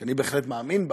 כי אני בהחלט מאמין בה: